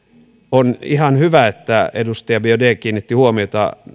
on ihan hyvä että edustaja biaudet kiinnitti huomiota